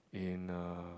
in uh